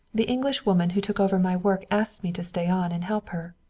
the englishwoman who took over my work asked me to stay on and help her.